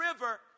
River